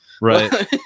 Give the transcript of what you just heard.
Right